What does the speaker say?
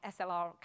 SLR